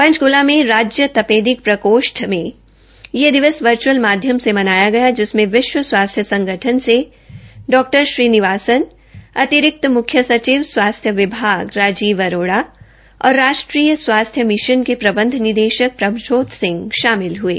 पंचकला में राज्य तपेदिक प्रकोष्ठ में यह दिवस वर्च्अल माध्यम से मनाया गया जिसमें विश्व स्वास्थ्य संगठन से डॉ श्रीनिवासन अतिरिक्त सचिव स्वास्थ्य विभाग राजीव अरोड़ा और राष्ट्रीय स्वास्थ्य मिशन के प्रबंध निदेशक प्रभजोज सिंह शामिल हयं